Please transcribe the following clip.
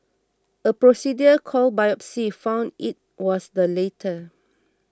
a procedure called biopsy found it was the later